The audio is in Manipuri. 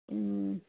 ꯎꯝ